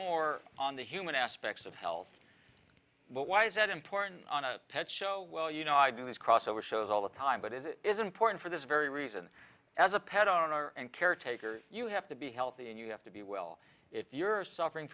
more on the human aspects of health why is that important on a pet show well you know i do this cross over shows all the time but it is important for this very reason as a pet owner and caretaker you have to be healthy and you have to be well if you're suffering